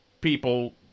people